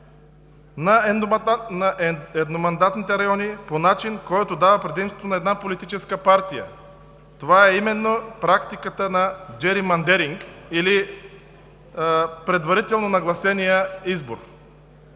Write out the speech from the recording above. на едномандатните райони по начин, който дава предимство на една политическа партия. Това е именно практиката на Джери Мандеринг или предварително нагласения избор.